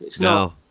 No